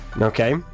Okay